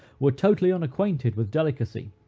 were totally unacquainted with delicacy.